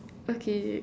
okay